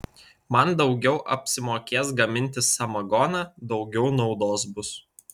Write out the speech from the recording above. man daugiau apsimokės gaminti samagoną daugiau naudos bus